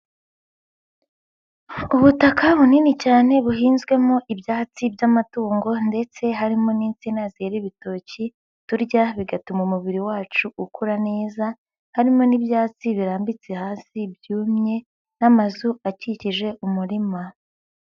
Ubutaka bunini cyane buhinzwemo ibyatsi by'amatungo ndetse harimo n'insina zera ibitoki turya bigatuma umubiri wacu ukura neza, harimo n'ibyatsi birambitse hasi byumye, n'amazu akikije umurima.